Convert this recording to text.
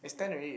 where